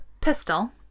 pistol